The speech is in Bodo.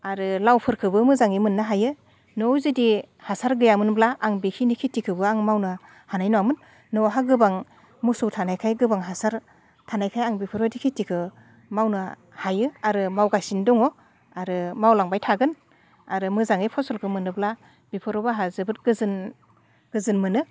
आरो लावफोरखोबो मोजाङै मोननो हायो न'आव जुदि हासार गैयामोनब्ला आं बेखिनि खिथिखोबो आं मावनो हानाय नङामोन न'आवहा गोबां मोसौ थानायखाय गोबां हासार थानायखाय आं बेफोरबायदि खिथिखो मावनो हायो आरो मावगासिनो दङ आरो मावलांबाय थागोन आरो मोजाङै फसलखौ मोनोब्ला बेफोरावबो आंहा जोबोद गोजोन गोजोन मोनो